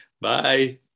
bye